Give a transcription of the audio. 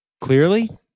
clearly